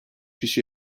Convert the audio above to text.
kişi